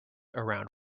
around